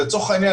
לצורך העניין,